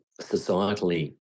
societally